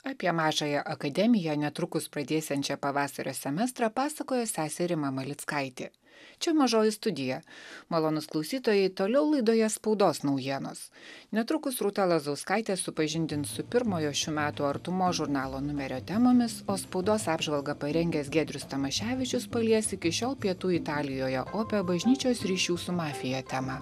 apie mažąją akademiją netrukus pradėsiančią pavasario semestrą pasakojo sesė rima malickaitė čia mažoji studija malonūs klausytojai toliau laidoje spaudos naujienos netrukus rūta lazauskaitė supažindins su pirmojo šių metų artumos žurnalo numerio temomis o spaudos apžvalgą parengęs giedrius tamaševičius palies iki šiol pietų italijoje opią bažnyčios ryšių su mafija temą